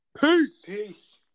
Peace